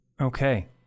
Okay